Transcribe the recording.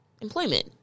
Employment